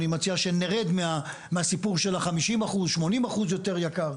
אני מציע שנרד מהסיפור של 50%, 80% יותר יקר.